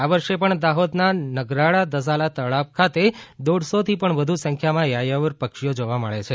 આ વર્ષે પણ દાહોદના નગરાળા દસાલા તળાવ ખાતે દોઢસોથી પણ વધુ સંખ્યામાં યાયાવર પક્ષીઓ જોવા મળે છે